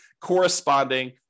corresponding